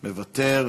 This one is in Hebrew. מוותר,